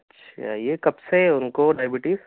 اچھا یہ کب سے ہے اُن کو ڈائبٹیز